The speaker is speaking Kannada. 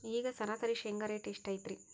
ಈಗ ಸರಾಸರಿ ಶೇಂಗಾ ರೇಟ್ ಎಷ್ಟು ಐತ್ರಿ?